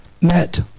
met